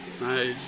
Nice